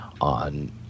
on